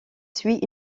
suit